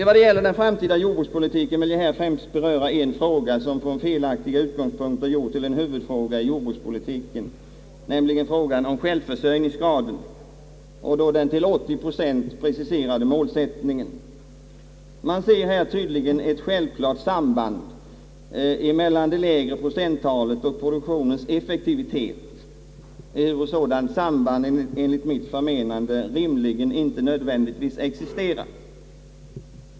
Vad gäller den framtida jordbrukspolitiken vill jag här främst beröra en fråga som från felaktiga utgångspunkter gjorts till en huvudfråga i jordbrukspolitiken, nämligen frågan om självförsörjningsgraden och då den till 80 procent preciserade målsättningen. Man ser här tydligen ett självklart samband mellan det lägre procenttalet och produktionens effektivitet, ehuru ett sådant samband enligt mitt förmenande inte nödvändigtvis existerar.